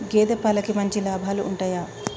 గేదే పాలకి మంచి లాభాలు ఉంటయా?